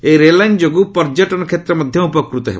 ଏହି ରେଳଲାଇନ୍ ଯୋଗୁଁ ପର୍ଯ୍ୟଟନ୍ କ୍ଷେତ୍ର ମଧ୍ୟ ଉପକୃତ ହେବ